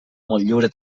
motllura